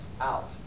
out